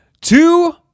Two